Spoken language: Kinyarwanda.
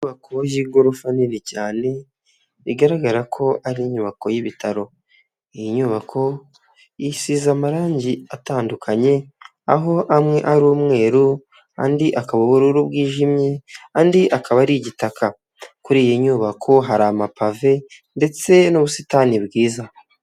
Inyubako y'igorofa nini cyane bigaragara ko ari inyubako y'ibitaro iyi nyubako isize amarangi atandukanye aho amwe ari umweru andi akaba ubururu bwijimye andi akaba ari igitaka kuri iyi nyubako hari amapave ndetse n'ubusitani bwiza.